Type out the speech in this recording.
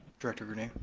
director grenier?